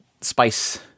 spice